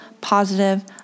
positive